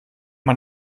man